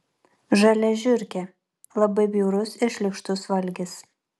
žalia žiurkė labai bjaurus ir šlykštus valgis